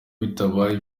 bitabaye